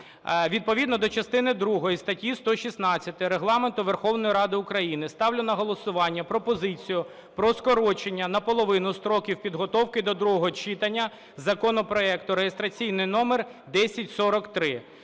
Відповідно до частини другої статті 116 Регламенту Верховної Ради України ставлю на голосування пропозицію про скорочення на половину строків підготовки до другого читання законопроекту (реєстраційний номер 1043)